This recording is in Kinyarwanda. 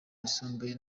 yisumbuye